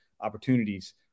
opportunities